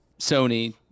Sony